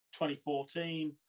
2014